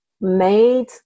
made